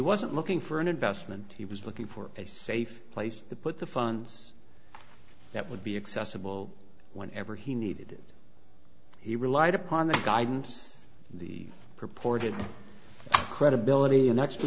wasn't looking for an investment he was looking for a safe place to put the funds that would be accessible whenever he needed it he relied upon the guidance the purported credibility an